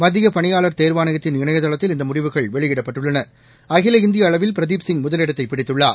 மத்தியபணியாள் தோ்வானையத்தின் இணையதளத்தில் இந்தமுடிவுகள் வெளியிடப்பட்டுள்ளன அகில இந்தியஅளவில் பிரதீப் சிங் முதலிடத்தைபிடித்துள்ளார்